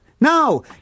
no